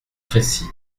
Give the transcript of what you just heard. précis